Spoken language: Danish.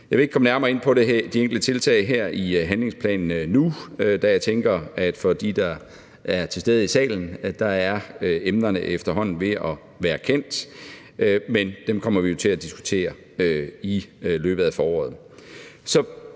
Jeg vil ikke komme nærmere ind på de enkelte tiltag i handlingsplanen nu, da jeg tænker, at for dem, der er til stede i salen, er emnerne efterhånden er ved at være kendt. Men dem kommer vi jo til at diskutere i løbet af foråret.